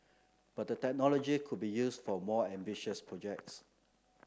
but the technology could be used for more ambitious projects